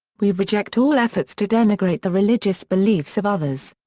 we reject all efforts to denigrate the religious beliefs of others.